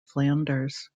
flanders